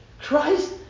Christ